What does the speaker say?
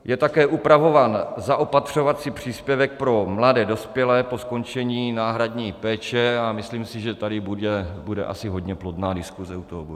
Je také upravován zaopatřovací příspěvek pro mladé dospělé po skončení náhradní péče, a myslím si, že tady bude asi hodně plodná diskuse u toho bodu.